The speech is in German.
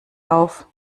auf